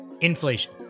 Inflation